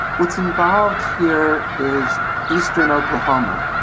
what's involved here is eastern oklahoma.